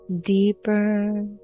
deeper